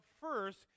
first